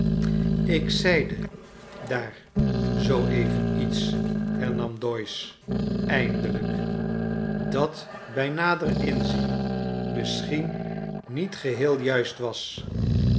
ik zeide daar zoo even iets hernam doyce eindelijk dat bij nader inzien misschien niet heel juist was